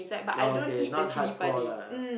now okay not hardcore lah